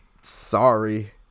Sorry